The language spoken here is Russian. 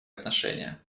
отношения